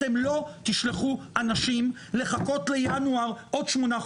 אתם לא תשלחו אנשים לחכות לינואר עוד שמונה חודשים,